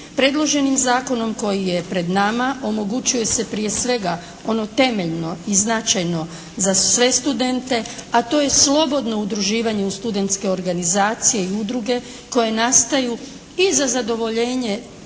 Predloženim zakonom koji je pred nama omogućuje se prije svega ono temeljno i značajno za sve studente, a to je slobodno udruživanje u studentske organizacije i udruge koje nastaju i za zadovoljenje